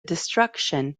destruction